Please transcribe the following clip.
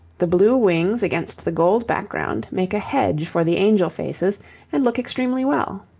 the blue wings against the gold background make a hedge for the angel faces and look extremely well.